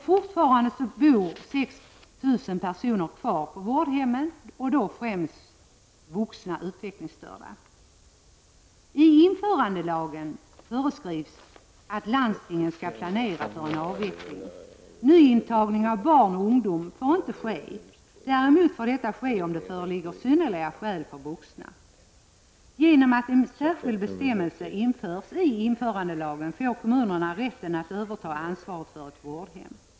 Fortfarande bor 6 000 personer kvar på vårdhemmen, främst vuxna utvecklingsstörda. I införandelagen föreskrivs att landstingen skall planera för en avveckling. Nyintagning av barn och ungdom får inte ske. Däremot får nyintagning av vuxna ske om det föreligger synnerliga skäl. Genom att en särskild bestämmelse införs i införandelagen får kommunerna rätten att överta ansvaret för ett vårdhem.